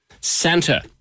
Santa